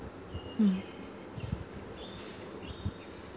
mm